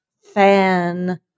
fan